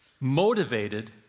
motivated